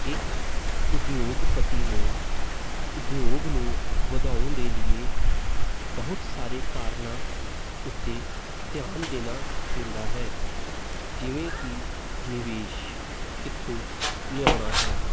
ਇੱਕ ਉਦਯੋਗਪਤੀ ਨੂੰ ਉਦਯੋਗ ਨੂੰ ਵਧਾਉਣ ਦੇ ਲੀਏ ਬਹੁਤ ਸਾਰੇ ਕਾਰਨਾਂ ਉੱਤੇ ਧਿਆਨ ਦੇਣਾ ਪੈਂਦਾ ਹੈ ਜਿਵੇਂ ਕਿ ਨਿਵੇਸ਼ ਕਿੱਥੋਂ ਲਿਆਉਣਾ ਹੈ